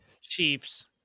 chiefs